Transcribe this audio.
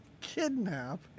kidnap